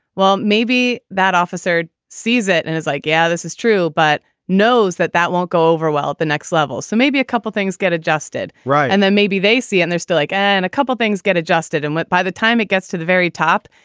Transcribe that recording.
well, maybe that officer sees it and is like, yeah, this is true, but knows that that won't go over well at the next level. so maybe a couple of things get adjusted. right. and then maybe they see and there's still like a couple of things get adjusted and by the time it gets to the very top,